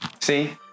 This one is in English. See